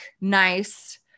nice